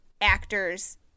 actors